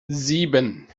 sieben